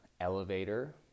elevator